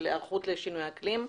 של היערכות לשינויי אקלים,